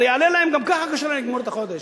הרי גם ככה קשה להם לגמור את החודש.